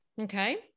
Okay